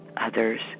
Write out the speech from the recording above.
others